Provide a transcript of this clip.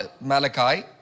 Malachi